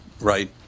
right